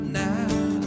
now